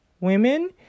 women